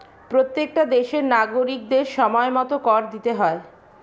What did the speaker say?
প্রত্যেকটা দেশের নাগরিকদের সময়মতো কর দিতে হয়